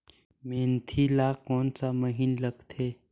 मेंथी ला कोन सा महीन लगथे?